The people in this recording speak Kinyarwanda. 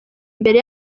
mbere